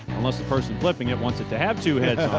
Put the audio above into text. unless the person flipping it wants it to have two heads